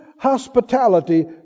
hospitality